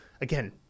again